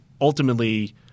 ultimately